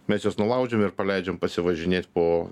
mes juos nulaužiam ir paleidžiam pasivažinėt po